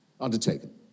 undertaken